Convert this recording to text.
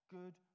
good